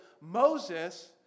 Moses